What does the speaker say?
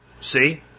See